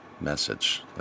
message